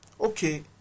Okay